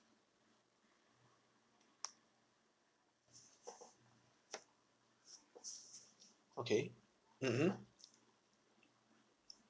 okay mmhmm